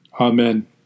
Amen